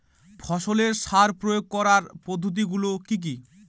ফসলের সার প্রয়োগ করার পদ্ধতি গুলো কি কি?